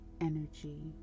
energy